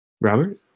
Robert